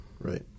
Right